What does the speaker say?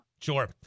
Sure